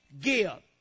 give